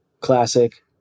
classic